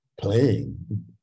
playing